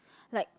like